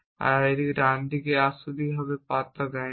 আর এই ডানদিকে আসলেই হবে পাত্তা দেয় না